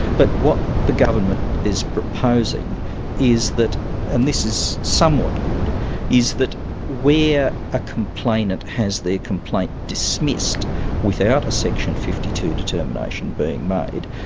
but what the government is proposing is that and this is somewhat good is that where a complainant has their complaint dismissed without a section fifty two determination being made,